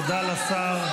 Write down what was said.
תודה לשר.